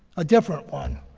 a different one.